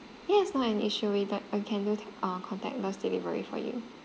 yes not an issue with that we can do uh contactless delivery for you